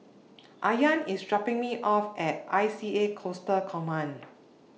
Ayaan IS dropping Me off At I C A Coastal Command